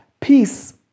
peace